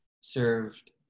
served